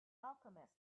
alchemist